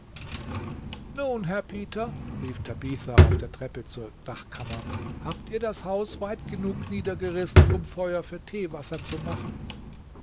nun herr peter rief tabitha auf der treppe zur dachkammer habt ihr das haus weit genug niedergerissen um feuer für teewasser zu machen